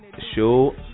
show